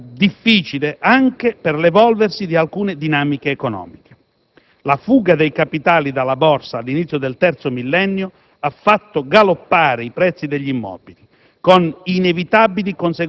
Ma la situazione è divenuta difficile anche per l'evolversi di alcune dinamiche economiche: la fuga dei capitali dalla Borsa all'inizio del terzo millennio ha fatto galoppare i prezzi degli immobili,